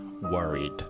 worried